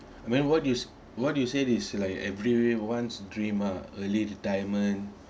and then what you what you say is like everyone's dream ah early retirement